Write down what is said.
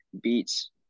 beats